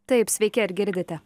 taip sveiki ar girdite